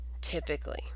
typically